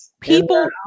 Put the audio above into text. people